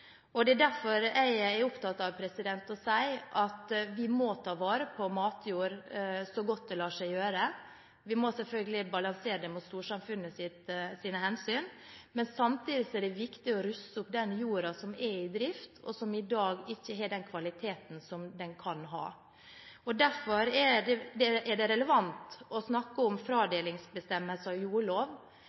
Det er derfor jeg er opptatt av å si at vi må ta vare på matjord så godt det lar seg gjøre. Vi må selvfølgelig balansere mot storsamfunnets hensyn, men samtidig er det viktig å ruste opp den jorda som er i drift, og som i dag ikke har den kvaliteten den kan ha. Derfor er det relevant å snakke om fradelingsbestemmelser